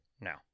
now